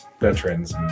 veterans